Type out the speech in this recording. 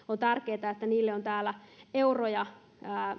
on tärkeää että niille on täällä on euroja